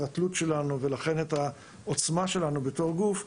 התלות שלנו ולכן את העוצמה שלנו בתור גוף,